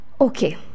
okay